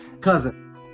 Cousin